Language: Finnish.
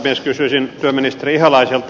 kysyisin työministeri ihalaiselta